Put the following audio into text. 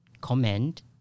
comment